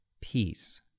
peace